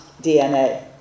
DNA